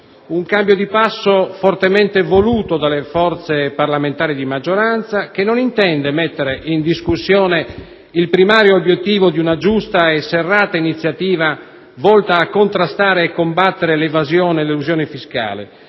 l'azione di Governo, fortemente voluto dalle forze parlamentari di maggioranza, che non intende mettere in discussione il primario obiettivo di una giusta e serrata iniziativa volta a contrastare e combattere l'evasione e l'elusione fiscale.